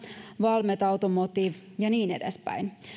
valmet automotive ja niin edespäin